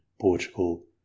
Portugal